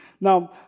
Now